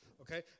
okay